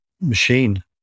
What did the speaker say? machine